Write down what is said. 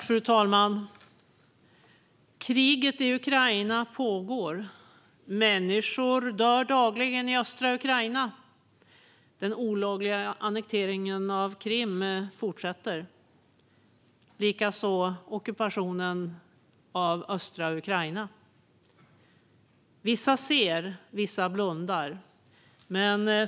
Fru talman! Kriget i Ukraina pågår. Människor dör dagligen i östra Ukraina. Den olagliga annekteringen av Krim fortsätter och likaså ockupationen av östra Ukraina. Vissa ser, och vissa blundar.